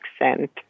accent